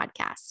podcast